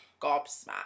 gobsmacked